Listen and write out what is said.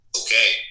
Okay